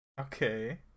okay